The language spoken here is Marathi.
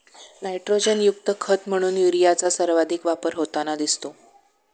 नायट्रोजनयुक्त खत म्हणून युरियाचा सर्वाधिक वापर होताना दिसतो